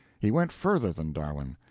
he went further than darwin.